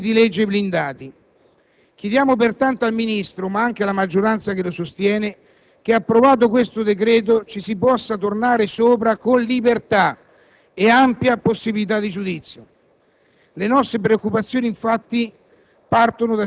Non si può governare la scuola con i decreti-legge blindati. Chiediamo pertanto al Ministro, ma anche alla maggioranza che lo sostiene, che, una volta approvato questo decreto, ci si possa tornare sopra con libertà e ampia possibilità di giudizio.